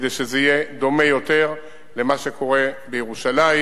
כדי שזה יהיה דומה יותר למה שקורה בירושלים